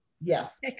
Yes